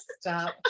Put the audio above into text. stop